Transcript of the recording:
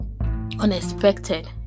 unexpected